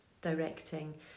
directing